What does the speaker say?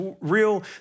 real